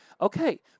Okay